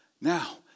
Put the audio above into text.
Now